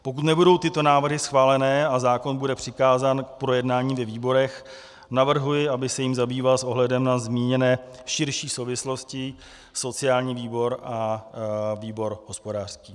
Pokud nebudou tyto návrhy schváleny a zákon bude přikázán k projednání ve výborech, navrhuji, aby se jím zabýval s ohledem na zmíněné širší souvislosti sociální výbor a výbor hospodářský.